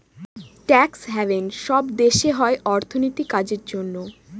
tax haven সব দেশে হয় অর্থনীতির কাজের জন্য